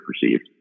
perceived